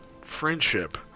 friendship